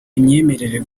imyemerere